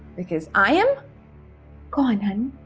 because i am gone honey.